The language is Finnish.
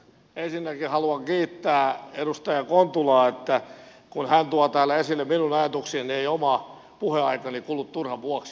ensinnäkin haluan kiittää edustaja kontulaa että kun hän tuo täällä esille minun ajatuksiani ei oma puheaikani kulu turhan vuoksi